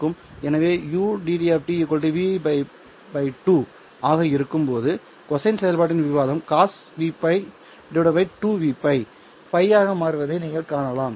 எனவே ud Vπ 2 ஆக இருக்கும்போது கொசைன் செயல்பாட்டின் விவாதம் cos Vπ 2Vπ π ஆக மாறுவதை நீங்கள் காணலாம்